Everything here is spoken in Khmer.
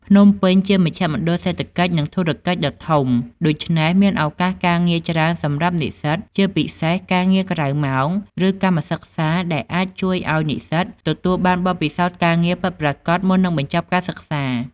ភ្នំពេញជាមជ្ឈមណ្ឌលសេដ្ឋកិច្ច និងធុរកិច្ចដ៏ធំ ដូច្នេះមានឱកាសការងារច្រើនសម្រាប់និស្សិត ជាពិសេសការងារក្រៅម៉ោង ឬកម្មសិក្សា ដែលអាចជួយឲ្យនិស្សិតទទួលបានបទពិសោធន៍ការងារពិតប្រាកដមុននឹងបញ្ចប់ការសិក្សា។